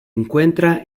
encuentra